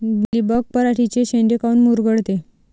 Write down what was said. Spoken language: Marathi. मिलीबग पराटीचे चे शेंडे काऊन मुरगळते?